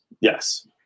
yes